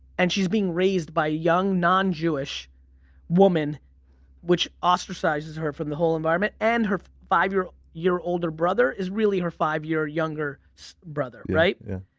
and she's being raised by young non-jewish woman which ostracizes her from the whole environment and her five year older brother is really her five year younger so brother, right?